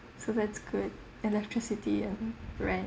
so that's good electricity and rent